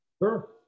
Sure